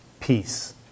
peace